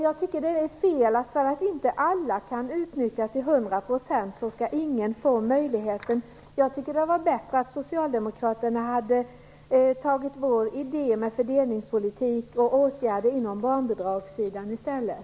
Jag tycker att det är fel att ingen skall få möjligheten bara därför att inte alla kan utnyttja systemet till hundra procent. Jag tycker att det hade varit bättre om Socialdemokraterna hade tagit till sig vår idé med fördelningspolitik och åtgärder på barnbidragssidan i stället.